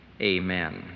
amen